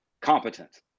competent